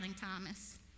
Thomas